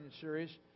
series